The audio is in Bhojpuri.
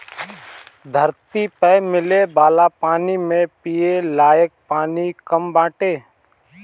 धरती पअ मिले वाला पानी में पिये लायक पानी कम बाटे